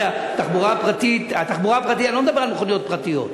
התחבורה הפרטית, אני לא מדבר על מכוניות פרטיות,